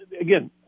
again